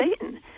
satan